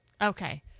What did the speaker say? Okay